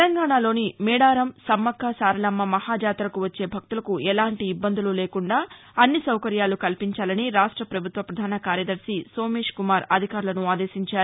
తెలంగాణాలోని మేడారం సమ్మక్క సారలమ్మ మహా జాతరకు వచ్చే భక్తులకు ఎలాంటి ఇబ్బందులు లేకుండా అన్ని సౌకర్యాలు కల్పించాలని రాష్ట ప్రభుత్వ ప్రధాన కార్యదర్శి సోమేశ్కుమార్ అధికారులను ఆదేశించారు